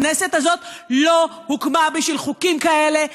הכנסת הזאת לא הוקמה בשביל חוקים כאלה.